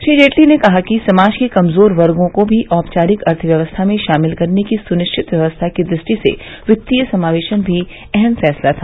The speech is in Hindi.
श्री जेटली ने कहा कि समाज के कमजोर वर्गो को भी औपचारिक अर्थव्यवस्था में शामिल करने की सुनिश्चित व्यवस्था की दृष्टि से वित्तीय समावेशन भी अहम फैसला था